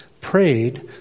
prayed